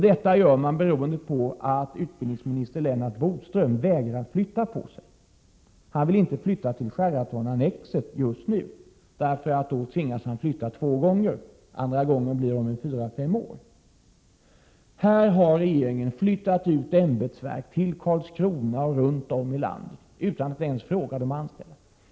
Detta händer därför att utbildningsminister Lennart Bodström vägrar flytta på sig; han vill inte flytta till Sheraton-annexet just nu, eftersom han då skulle tvingas flytta en andra gång om fyra fem år. Regeringen har flyttat ut ämbetsverk till Karlskrona och andra platser runt om i landet utan att ens fråga de anställda.